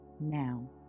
Now